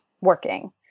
working